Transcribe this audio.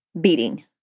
beating